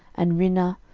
and rinnah,